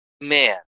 man